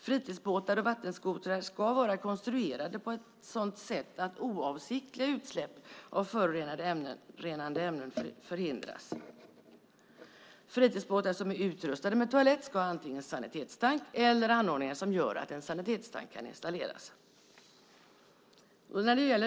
Fritidsbåtar och vattenskotrar ska vara konstruerade på ett sådant sätt att oavsiktliga utsläpp av förorenande ämnen förhindras. Fritidsbåtar som är utrustade med toalett ska ha antingen sanitetstank eller anordningar som gör att en sanitetstank kan installeras.